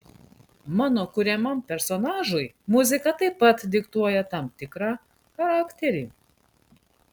mano kuriamam personažui muzika taip pat diktuoja tam tikrą charakterį